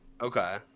Okay